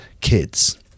kids